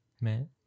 man